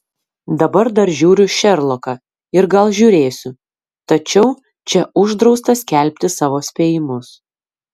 dabar dar žiūriu šerloką ir gal žiūrėsiu tačiau čia uždrausta skelbti savo spėjimus